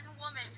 woman